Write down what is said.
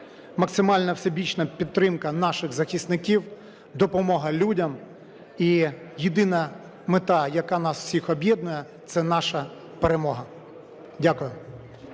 максимальна всебічна підтримка наших захисників, допомога людям. І єдина мета, яка нас усіх об'єднує, – це наша перемога. Дякую.